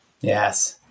Yes